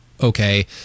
okay